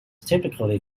typically